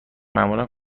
معمولا